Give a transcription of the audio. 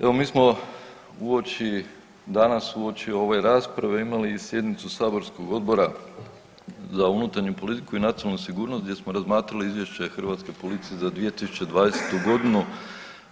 Evo mi smo uoči danas uoči ove rasprave imali i sjednicu saborskog Odbora za unutarnju politiku i nacionalnu sigurnost gdje smo razmatrali izvješće Hrvatske policije za 2020.g.